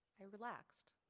i relaxed